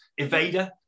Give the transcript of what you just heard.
evader